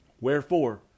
Wherefore